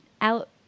out